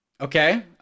Okay